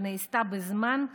שנעשתה בזמן,